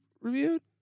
reviewed